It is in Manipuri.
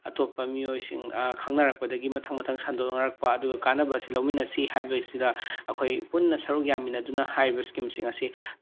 ꯑꯇꯣꯞꯄ ꯃꯤꯑꯣꯏꯁꯤꯡ ꯈꯪꯅꯔꯛꯄꯗꯒꯤ ꯃꯊꯪ ꯃꯊꯪ ꯁꯟꯗꯣꯛꯅꯔꯛꯄ ꯑꯗꯨꯒ ꯀꯥꯟꯅꯕ ꯑꯁꯤ ꯂꯧꯃꯤꯟꯅꯁꯤ ꯍꯥꯏꯕꯁꯤꯗ ꯑꯩꯈꯣꯏ ꯄꯨꯟꯅ ꯁꯔꯨꯛ ꯌꯥꯃꯤꯟꯅꯗꯨꯅ ꯍꯥꯏꯔꯤꯕ ꯏꯁꯀꯤꯝꯁꯤꯡ ꯑꯁꯤ